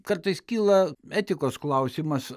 kartais kyla etikos klausimas